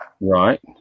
Right